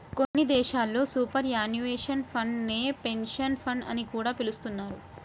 కొన్ని దేశాల్లో superannuation fund నే పెన్షన్ ఫండ్ అని కూడా పిలుస్తున్నారు